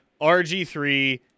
RG3